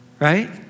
right